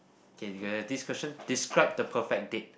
okay you have this question describe the perfect date